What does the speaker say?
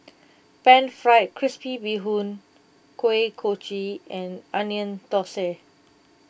Pan Fried Crispy Bee Hoon Kuih Kochi and Onion Thosai